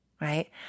right